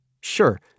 Sure